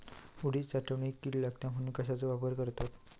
उडीद साठवणीत कीड लागात म्हणून कश्याचो वापर करतत?